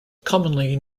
commonly